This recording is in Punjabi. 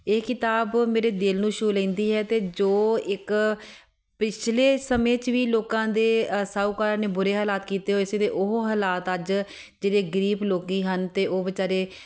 ਇਹ ਕਿਤਾਬ ਮੇਰੇ ਦਿਲ ਨੂੰ ਛੂਹ ਲੈਂਦੀ ਹੈ ਅਤੇ ਜੋ ਇੱਕ ਪਿਛਲੇ ਸਮੇਂ 'ਚ ਵੀ ਲੋਕਾਂ ਦੇ ਸ਼ਾਹੂਕਾਰਾਂ ਨੇ ਬੁਰੇ ਹਾਲਾਤ ਕੀਤੇ ਹੋਏ ਸੀ ਅਤੇ ਉਹ ਹਾਲਾਤ ਅੱਜ ਜਿਹੜੇ ਗਰੀਬ ਲੋਕ ਹਨ ਅਤੇ ਉਹ ਬੇਚਾਰੇ